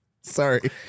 Sorry